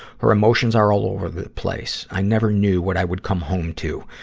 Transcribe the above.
her emotions are all over the place. i never knew what i would come home to.